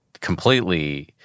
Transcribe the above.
completely